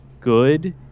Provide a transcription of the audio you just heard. good